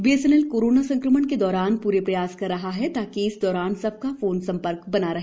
BNNL corona संक्रमण के दौरान पूरे प्रयास कर रहा है ताकि इस दौरान सबका फोन सम्पर्क बना रहे